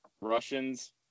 Russians